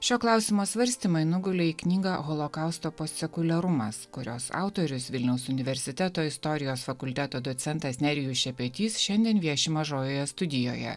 šio klausimo svarstymai nugulė į knygą holokausto postsekuliarumas kurios autorius vilniaus universiteto istorijos fakulteto docentas nerijus šepetys šiandien vieši mažojoje studijoje